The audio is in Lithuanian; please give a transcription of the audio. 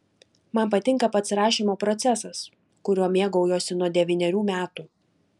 man patinka pats rašymo procesas kuriuo mėgaujuosi nuo devynerių metų